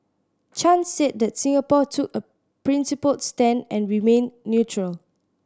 Chan said that Singapore took a principled stand and remained neutral